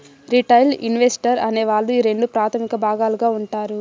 retail investor అనే వాళ్ళు రెండు ప్రాథమిక భాగాలుగా ఉంటారు